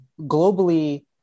globally